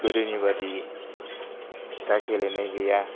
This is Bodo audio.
गोदोनि बादि दा गेलेनाय गैया